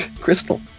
Crystal